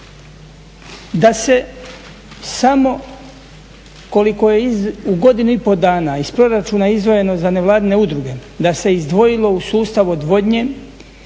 Da se samo koliko je u godini i pol dana iz proračuna izdvojeno za nevladine udruge, da se izdvojilo u sustav odvodnje